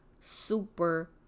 super